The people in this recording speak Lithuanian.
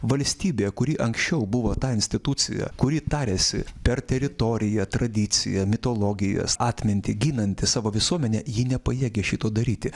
valstybė kuri anksčiau buvo ta institucija kuri tariasi per teritoriją tradiciją mitologijas atmintį ginanti savo visuomenę ji nepajėgia šito daryti